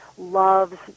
loves